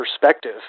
perspective